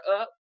up